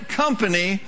company